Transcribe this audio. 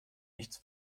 nichts